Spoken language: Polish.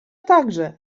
także